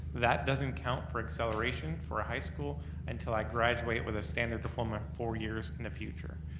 that doesn't count for acceleration for a high school until i graduate with a standard diploma four years in the future.